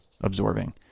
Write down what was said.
absorbing